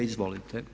Izvolite.